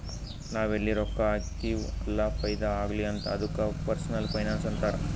ನಾವ್ ಎಲ್ಲಿ ರೊಕ್ಕಾ ಹಾಕ್ತಿವ್ ಅಲ್ಲ ಫೈದಾ ಆಗ್ಲಿ ಅಂತ್ ಅದ್ದುಕ ಪರ್ಸನಲ್ ಫೈನಾನ್ಸ್ ಅಂತಾರ್